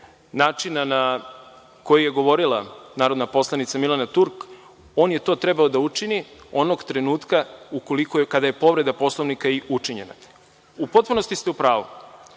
načina na koji je govorila narodna poslanica Milena Turk on je to trebao da učini onog trenutka kada je povreda Poslovnika i učinjena.U potpunosti ste u pravu,